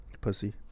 Pussy